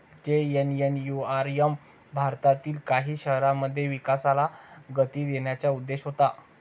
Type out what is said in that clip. JNNURM भारतातील काही शहरांमध्ये विकासाला गती देण्याचा उद्देश होता